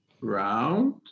Round